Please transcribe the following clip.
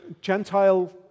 Gentile